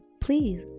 Please